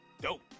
dope